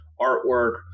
artwork